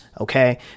Okay